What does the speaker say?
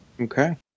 Okay